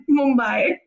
Mumbai